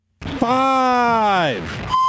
Five